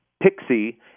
Pixie